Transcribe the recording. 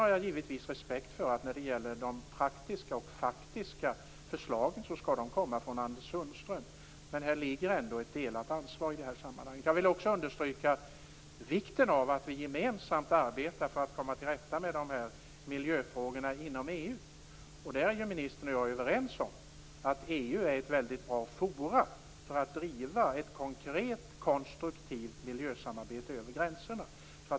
Jag har givetvis respekt för att de praktiska och faktiska förslagen skall komma från Anders Sundström, men här ligger ändå ett delat ansvar. Jag vill också understryka vikten av att vi gemensamt arbetar för att komma till rätta med de här miljöfrågorna inom EU. Där är ministern och jag överens om att EU är ett väldigt bra forum för att driva ett konkret och konstruktivt miljösamarbete över gränserna.